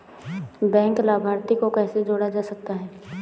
Bank लाभार्थी को कैसे जोड़ा जा सकता है?